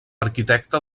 arquitecte